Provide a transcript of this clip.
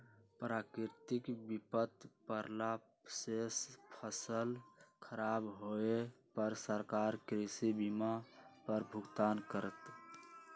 प्राकृतिक विपत परला से फसल खराब होय पर सरकार कृषि बीमा पर भुगतान करत